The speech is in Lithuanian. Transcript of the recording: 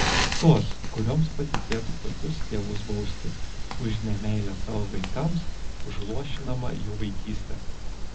tos kurioms patikėta tokius tėvus bausti už nemeilę savo vaikams už luošinamą jų vaikystę